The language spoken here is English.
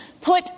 put